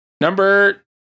Number